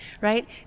right